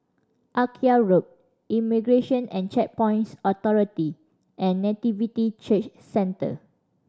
Akyab Road Immigration and Checkpoints Authority and Nativity Church Centre